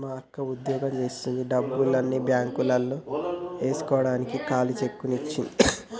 మా అక్క వుద్యోగం జేత్తన్న డబ్బుల్ని బ్యేంకులో యేస్కోడానికి ఖాళీ చెక్కుని ఇచ్చింది